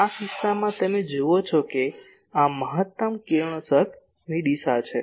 આ કિસ્સામાં તમે જુઓ છો કે આ મહત્તમ કિરણોત્સર્ગ દિશા છે